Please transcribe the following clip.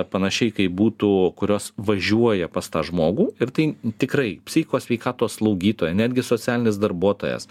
panašiai kaip būtų kurios važiuoja pas tą žmogų ir tai tikrai psichikos sveikatos slaugytoja netgi socialinis darbuotojas